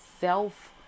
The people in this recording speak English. self